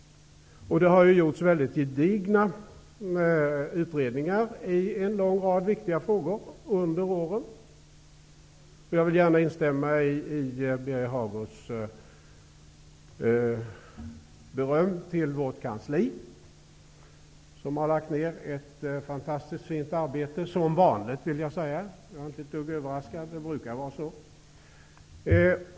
Det har gjorts mycket gedigna utredningar i en lång rad viktiga frågor under åren. Jag vill gärna instämma i Birger Hagårds beröm av vårt kansli, som har lagt ned ett fantastiskt fint arbete som vanligt. Jag är inte ett dugg överraskad; det brukar vara så.